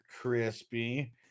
Crispy